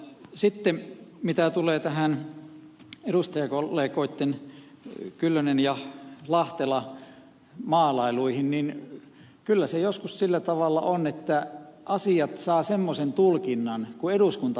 sitten mitä tulee edustajakollegoitten kyllönen ja lahtela maalailuihin niin kyllä se joskus sillä tavalla on että asiat saavat semmoisen tulkinnan kuin eduskunta haluaa niille antaa